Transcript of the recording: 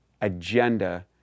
agenda